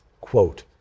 quote